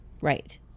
Right